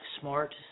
smart